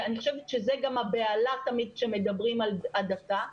ואני חושבת שזה גם הבהלה תמיד כשמדברים על הדתה,